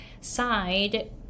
side